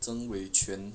曾偉權